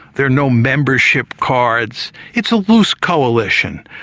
there are no membership cards it's a loose coalition.